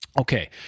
Okay